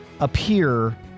appear